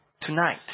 tonight